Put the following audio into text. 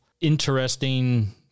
interesting